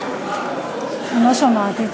אני לא שומעת,